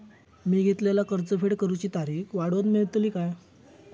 मी घेतलाला कर्ज फेड करूची तारिक वाढवन मेलतली काय?